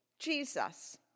Jesus